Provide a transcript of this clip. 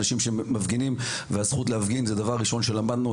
יש אצלנו את מלוא הכבוד לאנשים שמפגינים ולזכותם להפגין,